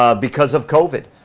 ah because of covid.